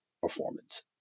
performance